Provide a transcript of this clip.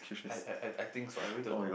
I I I I think so I really don't know